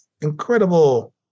incredible